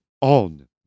on